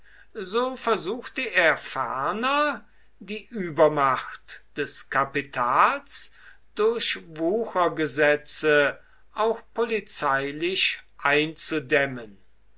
so versuchte er ferner die übermacht des kapitals durch wuchergesetze auch polizeilich einzudämmen